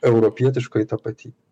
europietiškoji tapatybė